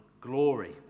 glory